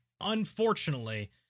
Unfortunately